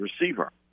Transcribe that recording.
receiver